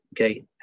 okay